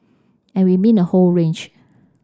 and we mean a whole range